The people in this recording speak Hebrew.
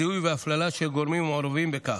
זיהוי והפללה של גורמים המעורבים בכך.